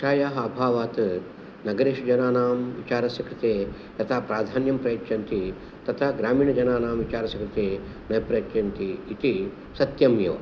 शिक्षायाः अभावात् नगरेषु जनानां विचारस्य कृते यथा प्राधान्यं प्रयच्छन्ति तथा ग्रामीणजनानां विचारस्य कृते न प्रयच्छन्ति इति सत्यमेव